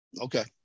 Okay